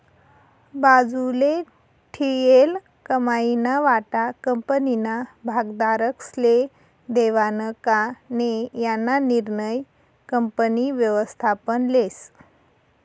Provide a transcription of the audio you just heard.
बाजूले ठीयेल कमाईना वाटा कंपनीना भागधारकस्ले देवानं का नै याना निर्णय कंपनी व्ययस्थापन लेस